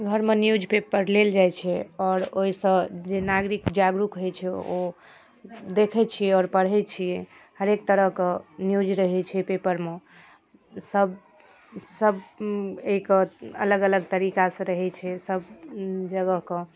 घरमे news paper लेल जाइ छै आओर ओहिसँ जे नागरिक जागरूक होइ छै ओ देखै छिए आओर पढ़ै छिए हरेक तरहके न्यूज रहै छै पेपरमे सब सब एहिके अलग अलग तरीकासँ रहै छै सब जगहके